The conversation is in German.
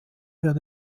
wird